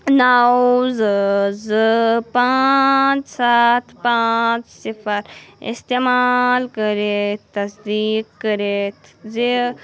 نو زٕ زٕ پانٛژھ سَتھ پانٛژھ صِفر اِستعمال کٔرِتھ تصدیٖق کٔرِتھ زِ